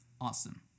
Awesome